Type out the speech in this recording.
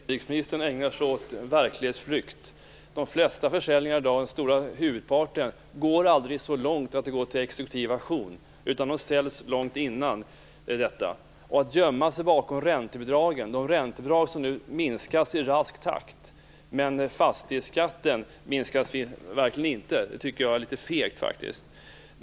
Fru talman! Inrikesministern ägnar sig åt verklighetsflykt. När det gäller de flesta försäljningar i dag går det aldrig så långt som till exekutiv aktion. Försäljningen sker långt innan. Att gömma sig bakom räntebidragen som nu minskas i rask takt - fastighetsskatten minskas verkligen inte - tycker jag är litet fegt.